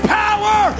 power